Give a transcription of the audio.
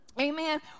Amen